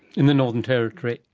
in the northern territory.